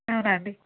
అవునా అండి